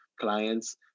clients